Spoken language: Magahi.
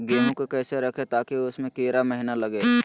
गेंहू को कैसे रखे ताकि उसमे कीड़ा महिना लगे?